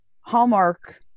Hallmark